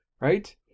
right